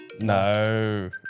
No